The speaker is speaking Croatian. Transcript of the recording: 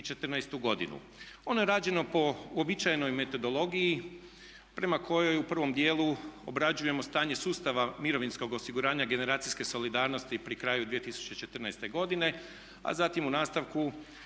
godinu. Ono je rađeno po uobičajenoj metodologiji prema kojoj u prvom dijelu obrađujemo stanje sustava mirovinskog osiguranja, generacijske solidarnosti pri kraju 2014. godine, a zatim u nastavku